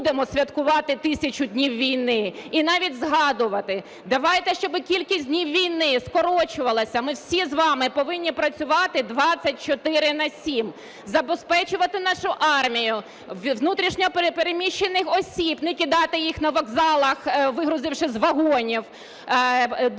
не будемо святкувати 1000 днів війни і навіть згадувати. Давайте, щоб кількість днів війни скорочувалася. Ми всі з вами повинні працювати 24/7, забезпечувати нашу армію, внутрішньо переміщених осіб, не кидати їх на вокзалах, вигрузивши з вагонів, думати